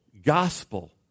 gospel